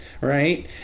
right